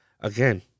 again